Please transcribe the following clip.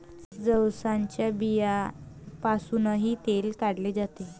जवसाच्या बियांपासूनही तेल काढले जाते